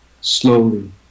slowly